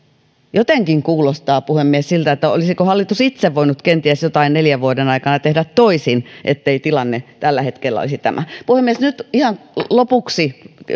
jotenkin kuulostaa puhemies siltä että olisiko hallitus kenties itse voinut jotain neljän vuoden aikana tehdä toisin ettei tilanne tällä hetkellä olisi tämä puhemies nyt ihan lopuksi